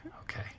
Okay